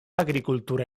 agrikultura